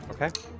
Okay